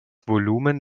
volumen